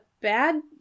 bad